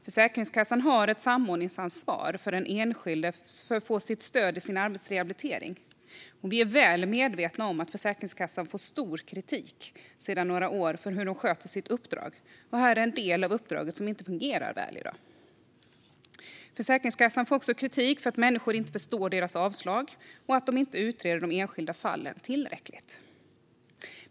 Försäkringskassan har ett samordningsansvar för att den enskilde ska få stöd i sin arbetsrehabilitering. Vi är väl medvetna om att Försäkringskassan sedan några år får omfattande kritik för hur de sköter sitt uppdrag, och detta är en del av uppdraget som inte fungerar väl i dag. Försäkringskassan får också kritik för att människor inte förstår deras avslag och för att de inte utreder de enskilda fallen tillräckligt.